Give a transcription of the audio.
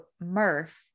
murph